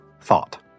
thought